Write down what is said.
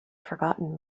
forgotten